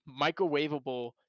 microwavable